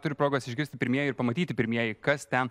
turi progos išgirsti pirmieji ir pamatyti pirmieji kas ten